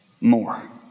more